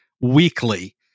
weekly